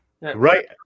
right